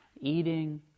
eating